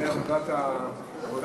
זו עבודת המזכיר,